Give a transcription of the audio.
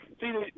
See